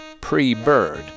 Pre-Bird